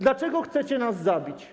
Dlaczego chcecie nas zabić?